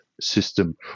system